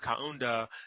Kaunda